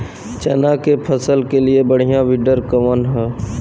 चना के फसल के लिए बढ़ियां विडर कवन ह?